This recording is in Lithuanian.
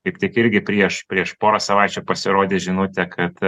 kaip tik irgi prieš prieš porą savaičių pasirodė žinutė kad